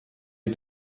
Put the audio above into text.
you